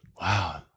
wow